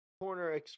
corner